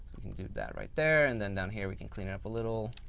we can do that right there. and then down here we can clean it up a little.